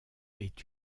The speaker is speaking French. est